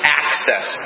access